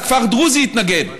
אז כפר דרוזי התנגד,